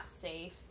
safe